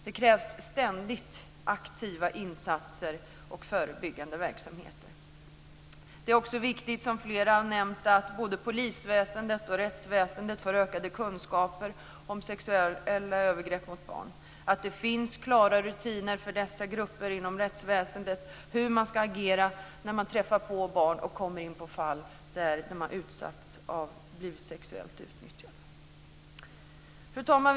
Det krävs ständigt aktiva insatser och förebyggande verksamheter. Som flera har nämnt är det viktigt att både polisväsendet och rättsväsendet får ökade kunskaper om sexuella övergrepp mot barn. Det ska finnas klara rutiner inom rättsväsendet för hur man ska agera när man träffar på fall där barn har blivit sexuellt utnyttjade. Fru talman!